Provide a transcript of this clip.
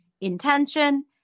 intention